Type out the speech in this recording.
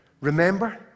Remember